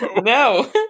No